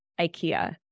ikea